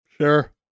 Sure